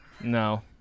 No